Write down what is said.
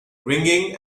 ringing